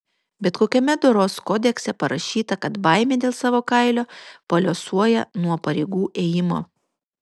bet kokiame doros kodekse parašyta kad baimė dėl savo kailio paliuosuoja nuo pareigų ėjimo